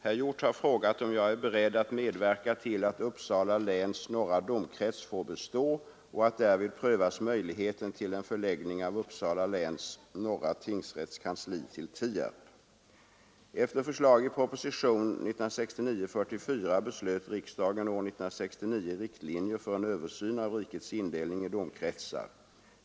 Herr Hjorth har frågat om jag är beredd att medverka till att Uppsala läns norra domkrets får bestå och att därvid prövas möjligheten till en förläggning av Uppsala läns norra tingsrätts kansli till Tierp. Efter förslag i proposition 1969:44 beslöt riksdagen år 1969 riktlinjer för en översyn av rikets indelning i domkretsar.